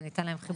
וניתן להם חיבוק.